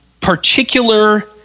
particular